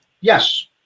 Yes